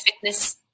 fitness